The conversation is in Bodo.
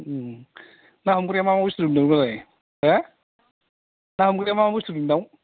उम ना हमग्राया मा मा बुस्थु दङ नोंनावलाय हा ना हमग्राया मा मा बुस्थु दं नोंनाव